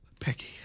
Peggy